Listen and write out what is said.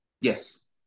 Yes